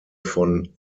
von